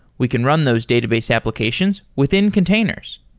we can run those database applications within containers.